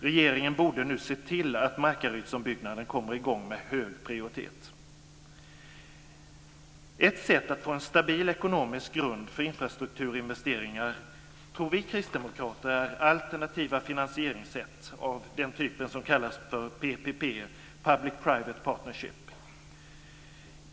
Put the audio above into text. Regeringen borde nu se till att Markarydsombyggnaden kommer i gång med hög prioritet. Ett sätt att få en stabil ekonomisk grund för infrastrukturinvesteringar tror vi kristdemokrater är alternativa finansieringssätt av typen PPP, publicprivate partnership.